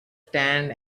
stand